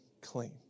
clean